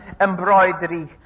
embroidery